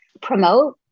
promote